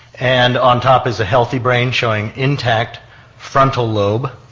and on top is a healthy brain, showing intact frontal lobe,